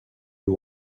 you